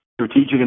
strategic